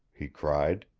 he cried.